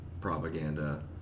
propaganda